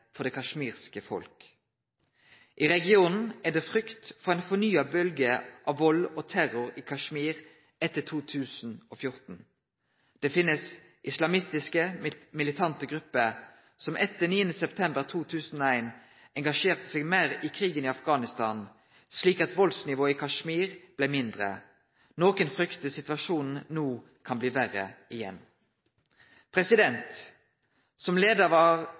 for det kasjmirske folket. I regionen er det frykt for ei fornya bølgje av vald og terror i Kashmir etter 2014. Det finst islamistiske militante grupper som etter 11. september 2001 engasjerte seg meir i krigen i Afghanistan, slik at valdsnivået i Kashmir blei mindre. Nokre fryktar at situasjonen no kan bli verre igjen. Som leiar av